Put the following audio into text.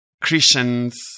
Christians